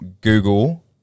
Google